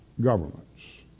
governments